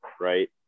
right